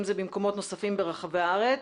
אם זה במקומות נוספים ברחבי הארץ,